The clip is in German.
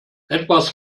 etwas